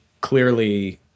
clearly